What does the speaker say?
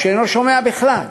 או שאינו שומע בכלל.